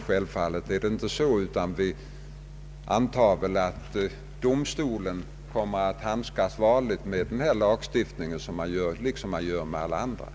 Självfallet är det inte så, utan vi antar väl att domstolen kommer att handskas varligt med denna lagstiftning liksom med all annan lagstiftning.